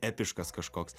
epiškas kažkoks